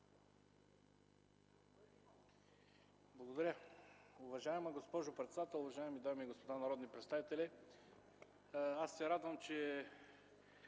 Благодаря.